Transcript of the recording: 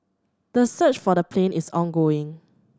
the search for the plane is ongoing